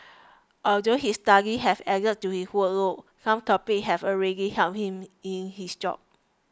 although his studies have added to his workload some topics have already helped him in his job